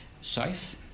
safe